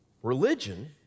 Religion